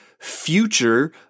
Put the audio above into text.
future